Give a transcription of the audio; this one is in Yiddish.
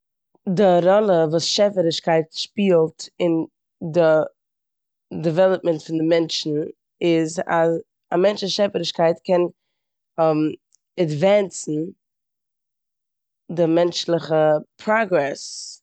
די ראלע וואס שעפערישקייט שפילט אין די- די דעוועלאפמענט פון די מענטשן איז אז א מענטש'ס שעפערישקייט קען עדווענסן די מענטשליכע פראגרעס.